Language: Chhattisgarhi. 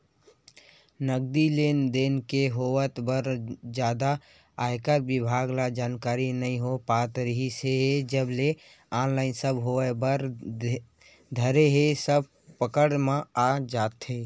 नगदी लेन देन के होवब म जादा आयकर बिभाग ल जानकारी नइ हो पात रिहिस हे जब ले ऑनलाइन सब होय बर धरे हे सब पकड़ म आ जात हे